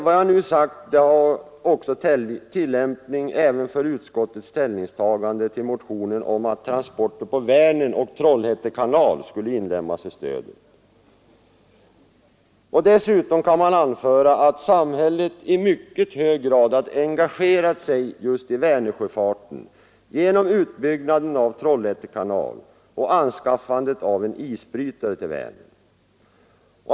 Vad jag nu sagt har tillämpning även på utskottets ställningstagande till motionen om att transporter på Vänern och Trollhätte kanal skulle inlemmas i stödet. Dessutom kan anföras att samhället i mycket hög grad har engagerat sig i Vänersjöfarten genom utbyggnaden av Trollhätte kanal och anskaffandet av en isbrytare till Vänern.